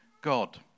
God